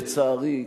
לצערי,